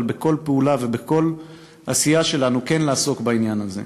אבל בכל פעולה ובכל עשייה שלנו כן לעסוק בנושא הזה.